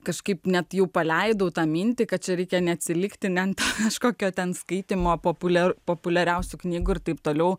kažkaip net jų paleidau tą mintį kad čia reikia neatsilikti net kažkokio ten skaitymo populiaraus populiariausių knygų ir taip toliau